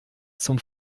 zum